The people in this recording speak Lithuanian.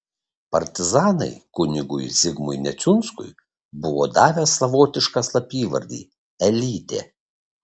partizanai kunigui zigmui neciunskui buvo davę savotišką slapyvardį elytė